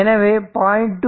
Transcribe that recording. எனவே 0